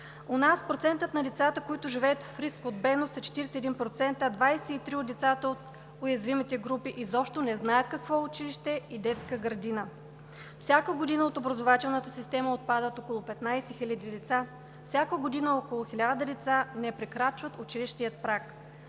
У нас процентът на децата, които живеят в риск от бедност, е 41%, а 23 от децата от уязвимите групи изобщо не знаят какво е училище и детска градина. Всяка година от образователната система отпадат около петнадесет хиляди деца, всяка година около хиляда деца не прекрачват училищния праг.